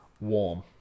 warm